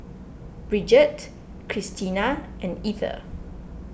Brigette Cristina and Ether